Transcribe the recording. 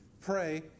Pray